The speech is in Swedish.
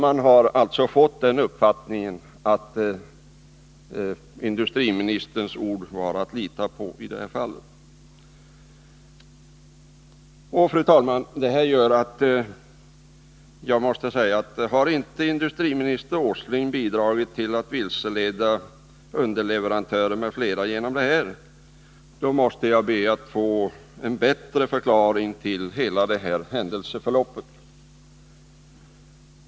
Man har fått den uppfattningen att industriministerns ord var att lita på i det här fallet. Fru talman! Om industriminister Åsling inte anser sig ha bidragit till att vilseleda underleverantörer m.fl. genom detta agerande, måste jag be att få en bättre förklaring till hela detta händelseförlopp.